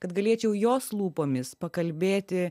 kad galėčiau jos lūpomis pakalbėti